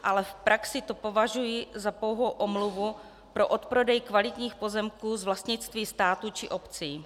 Ale v praxi to považuji za pouhou omluvu pro odprodej kvalitních pozemků z vlastnictví státu či obcí.